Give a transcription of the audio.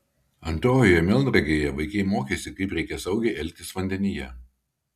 antrojoje melnragėje vaikai mokėsi kaip reikia saugiai elgtis vandenyje